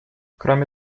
кроме